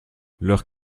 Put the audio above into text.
leurs